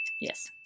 Yes